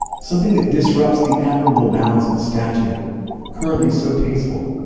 something that disrupts the admirable balance of the statue currently so tasteful,